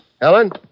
Helen